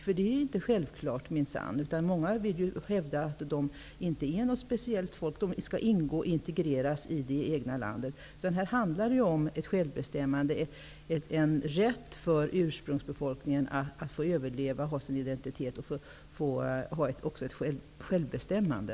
Det är minsann inte självklart. Många vill ju hävda att det inte är ett speciellt folk, utan skall integreras i det egna landet. Det handlar om ett självbestämmande och en rätt för ursprungsbefolkningen att få överleva, få ha sin identitet och även få ha ett självbestämmande.